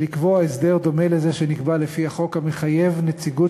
ולקבוע הסדר דומה לזה שנקבע לפי החוק המחייב נציגות